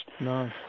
No